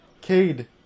Cade